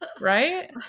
Right